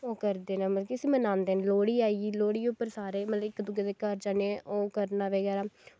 ओह् करदे न मतलव कि बनाने दे लोह्ड़ी आई गेई लोह्ड़ी उप्पर सारे मतलव इक दुए घर जन्ने बगैरा बड़ा ई अच्छा ऐ